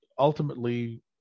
ultimately